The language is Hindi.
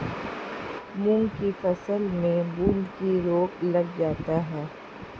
मूंग की फसल में बूंदकी रोग लग जाता है